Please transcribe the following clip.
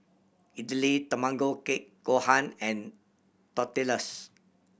Idili Tamago Kake Gohan and Tortillas